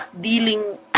dealing